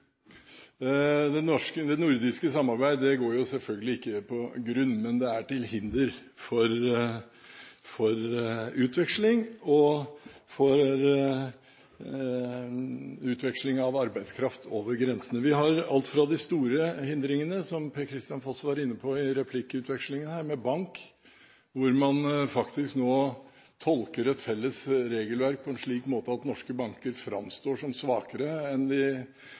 Det nordiske samarbeidet går selvfølgelig ikke på grunn, men det er til hinder for utveksling – og for utveksling av arbeidskraft over grensene. Vi har alt fra de store hindrene, som Per-Kristian Foss var inne på i replikkvekslingen her når det gjelder bank, hvor man nå faktisk tolker et felles regelverk på en slik måte at norske banker framstår som svakere enn de